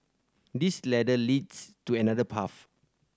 this ladder leads to another path